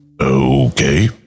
Okay